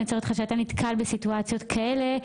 עוצרת אותך כשאתה נתקל בסיטואציות כאלה,